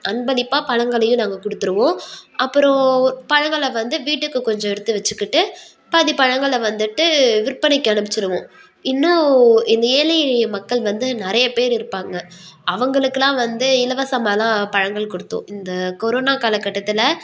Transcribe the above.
அன்பளிப்பாக பழங்களையும் நாங்கள் கொடுத்துருவோம் அப்புறோம் பழங்களை வந்து வீட்டுக்கு கொஞ்சம் எடுத்து வெச்சுக்கிட்டு பாதி பழங்களை வந்துட்டு விற்பனைக்கு அனுப்பிச்சிருவோம் இன்னும் இந்த ஏழை எளிய மக்கள் வந்து நிறையா பேர் இருப்பாங்க அவங்களுக்கெலாம் வந்து இலவசமாகலாம் பழங்கள் கொடுத்தோம் இந்த கொரோனா காலகட்டத்தில்